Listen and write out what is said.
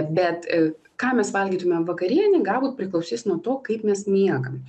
bet ką mes valgytumėm vakarienei galbūt priklausys nuo to kaip mes miegam